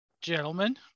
Gentlemen